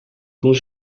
toen